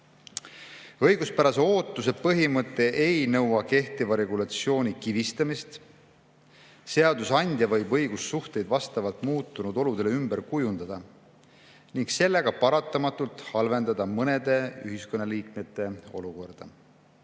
Õiguspärase ootuse põhimõte ei nõua kehtiva regulatsiooni kivistamist. Seadusandja võib õigussuhteid vastavalt muutunud oludele ümber kujundada ning sellega paratamatult halvendada mõnede ühiskonnaliikmete olukorda.